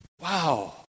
Wow